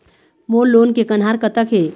मोर loan के कन्हार कतक हे?